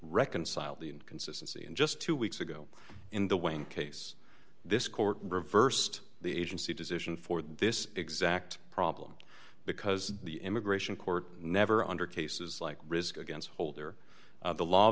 reconcile the inconsistency in just two weeks ago in the way in case this court reversed the agency decision for this exact problem because the immigration court never under cases like risk against holder the law